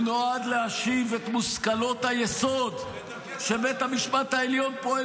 הוא נועד להשיב את מושכלות היסוד שבית המשפט העליון פועל